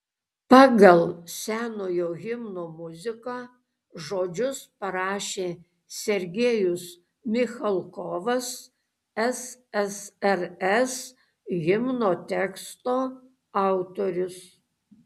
pagal senojo himno muziką žodžius parašė sergejus michalkovas ssrs himno teksto autorius